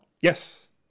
Yes